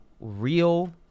real